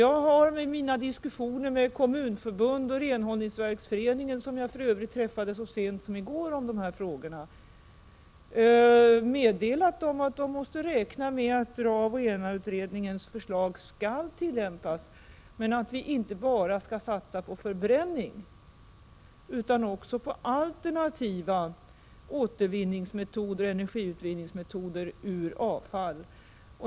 Jag har i mina diskussioner med Kommunförbundet och Renhållningsverksföreningen, vilkas företrädare jag för övrigt träffade så sent som i går för att diskutera dessa frågor, meddelat dem att de måste räkna med att DRAV och ENA-utredningarnas förslag skall tillämpas, men att vi inte bara skall satsa på förbränning utan också på alternativa återvinningsmetoder och energiutvinningsmetoder.